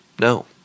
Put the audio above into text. No